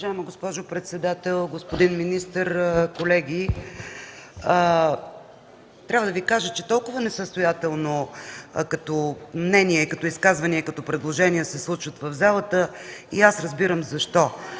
Уважаема госпожо председател, господин министър, колеги! Трябва да Ви кажа, че толкова несъстоятелни мнения, изказвания и предложения се случват в залата, и аз разбирам защо.